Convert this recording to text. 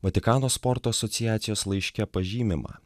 vatikano sporto asociacijos laiške pažymima